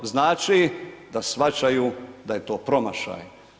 Znači da shvaćaju da je to promašaj.